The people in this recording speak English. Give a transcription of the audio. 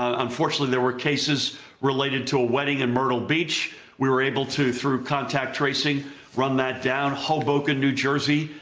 ah unfortunately there were cases related to a wedding in myrtle beach. we were able to through contact tracing run that down. hoboken, new jersey,